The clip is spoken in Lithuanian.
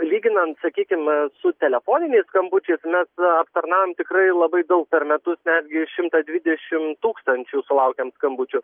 lyginant sakykim su telefoniniais skambučiais mes aptarnaujame tikrai labai daug per metus netgi šimtą dvidešimt tūkstančių sulaukiam skambučių